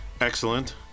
Excellent